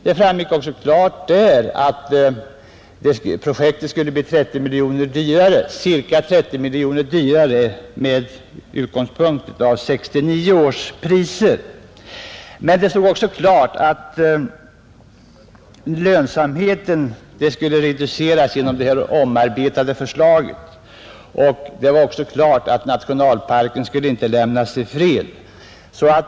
Det projektet skulle med denna ändring bli ca 30 miljoner kronor dyrare, räknat i 1969 års priser, och det framgick också klart att lönsamheten skulle reduceras med det omarbetade förslaget. Inte heller skulle nationalparken lämnas i fred.